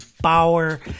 Bauer